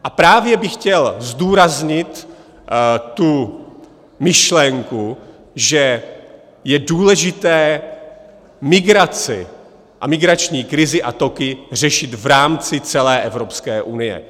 A právě bych chtěl zdůraznit myšlenku, že je důležité migraci a migrační krizi a toky řešit v rámci celé Evropské unie.